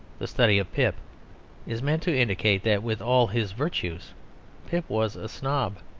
the study of pip is meant to indicate that with all his virtues pip was a snob.